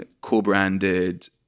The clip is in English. co-branded